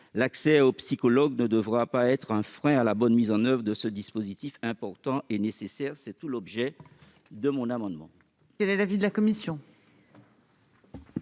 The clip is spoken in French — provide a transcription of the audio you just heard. L'accès aux psychologues ne devra pas être un frein à la bonne mise en oeuvre de ce dispositif important et nécessaire. Quel est l'avis de la commission